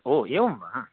ओ एवं वा